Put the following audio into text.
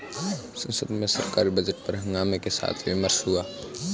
संसद में सरकारी बजट पर हंगामे के साथ विमर्श हुआ